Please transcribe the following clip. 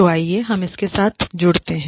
तो आइए हम इसके साथ जुड़ते हैं